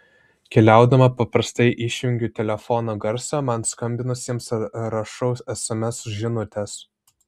keliaudama paprastai išjungiu telefono garsą man skambinusiems rašau sms žinutes